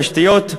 תשתיות ממאירות,